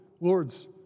lords